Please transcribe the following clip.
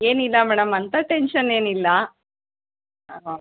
ಏನಿಲ್ಲ ಮೇಡಮ್ ಅಂಥ ಟೆನ್ಶನ್ ಏನಿಲ್ಲ